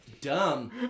dumb